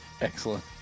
Excellent